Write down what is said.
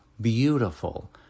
beautiful